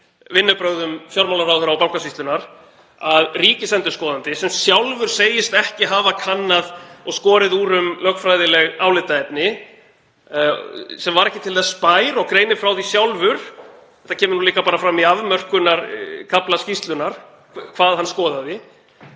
vinnubrögðum fjármálaráðherra og Bankasýslunnar, að ríkisendurskoðandi, sem sjálfur segist ekki hafa kannað og skorið úr um lögfræðileg álitaefni, sem var ekki til þess bær og greinir frá því sjálfur — það kemur líka fram í afmörkunarkafla skýrslunnar um hvað hann skoðaði